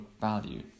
value